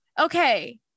Okay